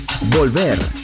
Volver